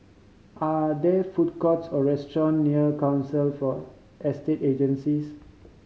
are there food courts or restaurant near Council for Estate Agencies